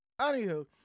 Anywho